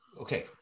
Okay